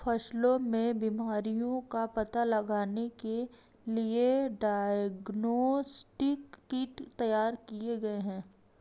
फसलों में बीमारियों का पता लगाने के लिए डायग्नोस्टिक किट तैयार किए गए हैं